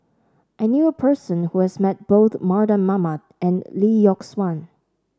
I knew a person who has met both Mardan Mamat and Lee Yock Suan